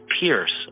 Pierce